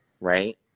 right